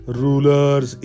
rulers